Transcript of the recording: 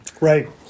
Right